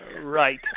right